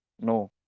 No